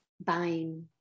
buying